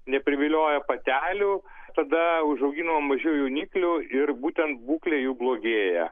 neprivilioja patelių tada užaugina mažiau jauniklių ir būtent būklė jų blogėja